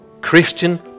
Christian